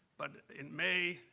but in may,